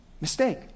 Mistake